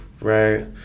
right